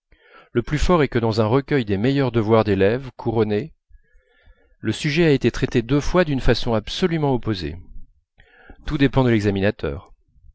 le plus fort est que dans un recueil des meilleurs devoirs d'élèves couronnées le sujet a été traité deux fois d'une façon absolument opposée tout dépend de l'examinateur